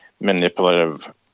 manipulative